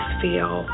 feel